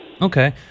Okay